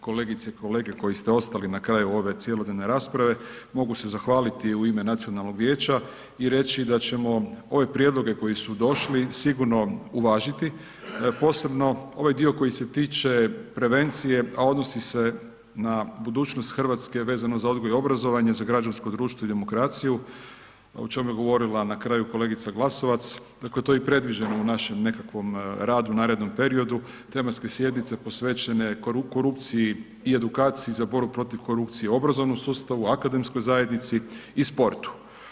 Kolegice i kolege koji ste ostali na kraju ove cjelodnevne rasprave, mogu se zahvaliti u ime Nacionalnog vijeća i reći da ćemo ove prijedloge koji su došli, sigurno uvažiti, posebno ovaj dio koji se tiče prevencije a odnosi se na budućnost Hrvatske, vezno za odgoj i obrazovanje, za građansko društvo i demokraciju, o čemu je govorila na kraju, kolegica Glasovac, dakle, to je i predloženo u našem nekakvom radu, u narednom periodu, tematske sjednice posvećene korupciji i edukaciji za borbu protiv korupcije u obrazovnom sustavu, akademskoj zajednici i sportu.